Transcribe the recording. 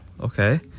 okay